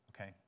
okay